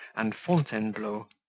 and fountainebleau,